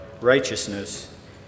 righteousness